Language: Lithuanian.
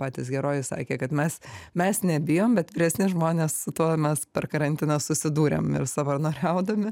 patys herojai sakė kad mes mes nebijom bet vyresni žmonės su tuo mes per karantiną susidūrėm ir savanoriaudami